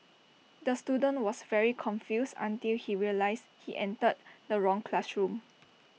the student was very confused until he realised he entered the wrong classroom